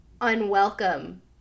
unwelcome